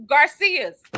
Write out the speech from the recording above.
Garcias